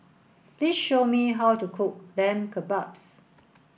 please show me how to cook Lamb Kebabs